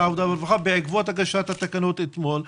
העבודה והרווחה בעקבות הגשת התקנות אתמול.